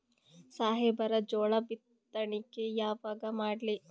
ಸಾಹೇಬರ ಜೋಳ ಬಿತ್ತಣಿಕಿ ಯಾವಾಗ ಮಾಡ್ಲಿ?